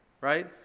right